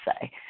say